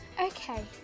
Okay